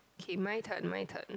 okay my turn my turn